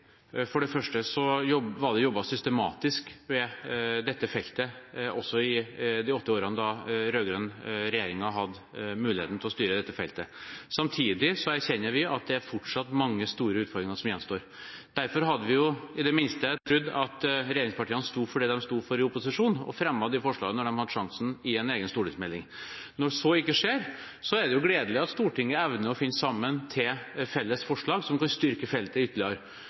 For det første ble det jobbet systematisk med dette også i de åtte årene da den rød-grønne regjeringen hadde muligheten til å styre dette feltet. Samtidig erkjenner vi at det fortsatt er mange store utfordringer som gjenstår. Derfor hadde vi i det minste trodd at regjeringspartiene ville stå for det de sto for i opposisjon, og ville fremme de forslagene når de hadde sjansen, i en egen stortingsmelding. Når så ikke skjer, er det jo gledelig at Stortinget evner å finne sammen til felles forslag som kan styrke feltet ytterligere.